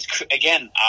again